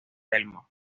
telmo